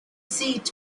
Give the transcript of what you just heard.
seat